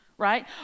right